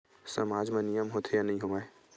सामाज मा नियम होथे या नहीं हो वाए?